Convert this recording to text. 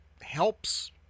helps